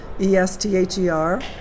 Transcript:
E-S-T-H-E-R